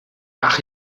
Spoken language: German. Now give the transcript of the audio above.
ach